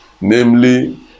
namely